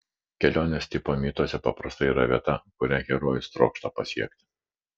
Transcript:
kelionės tipo mituose paprastai yra vieta kurią herojus trokšta pasiekti